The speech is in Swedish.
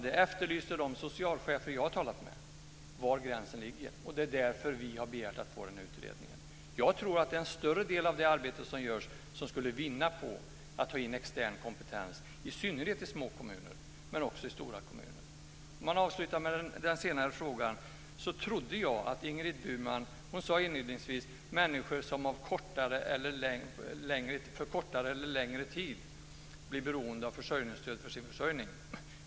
De socialchefer som jag har talat med efterlyser var gränsen går, och det är därför som vi har begärt att få en utredning. Jag tror att en större del av det arbete som görs skulle vinna på att man tar in extern kompetens, i synnerhet i små kommuner men också i stora kommuner. Jag avslutar med att svara på den andra frågan. Ingrid Burman talade inledningsvis om människor som för kortare eller längre tid blir beroende av försörjningsstöd för sitt uppehälle.